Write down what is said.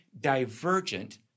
divergent